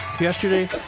yesterday